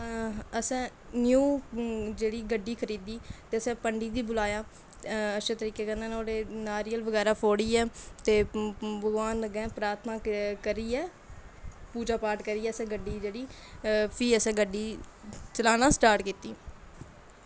असें न्यू जेह्ड़ी गड्डी खरीदी ते असें पंडित गी बुलाया अच्छे तरीके कन्नै नुहाड़े नारियल फोड़ियै ते भगवान अग्गें प्रार्थना करियै पूजा पाठ करियै असें गड्डी जेह्ड़ी फ्ही असें गड्डी चलाना स्टार्ट कीती